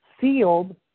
sealed